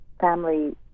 family